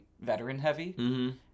veteran-heavy